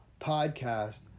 podcast